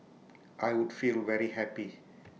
I would feel very happy